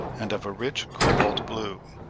and of a rich cobalt blue,